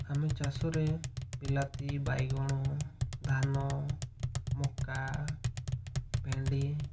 ଆମେ ଚାଷରେ ବିଲାତି ବାଇଗଣ ଧାନ ମକା ଭେଣ୍ଡି